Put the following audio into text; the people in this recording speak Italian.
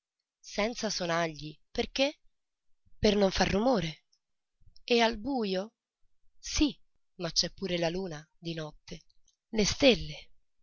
senza sonagli perché per non far rumore e al bujo sì ma c'è pure la luna di notte le stelle